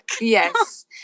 yes